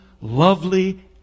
lovely